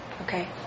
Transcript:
okay